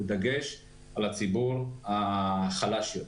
בדגש על הציבור החלש יותר.